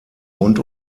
rund